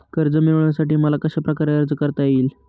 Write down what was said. कर्ज मिळविण्यासाठी मला कशाप्रकारे अर्ज करता येईल?